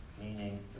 Meaning